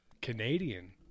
Canadian